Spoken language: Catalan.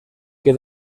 que